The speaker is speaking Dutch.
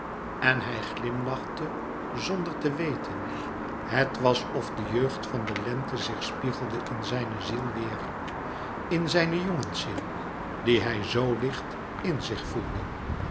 en hij glimlachte zonder te weten het was of de jeugd van de lente zich spiegelde in zijne ziel weêr in zijne jongensziel die hij zo licht in zich voelde